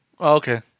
Okay